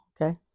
Okay